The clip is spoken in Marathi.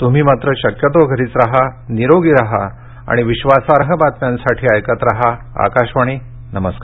तुम्ही मात्र शक्यतो घरीच राहा निरोगी राहा आणि विश्वासार्ह बातम्यांसाठी ऐकत राहा आकाशवाणी नमस्कार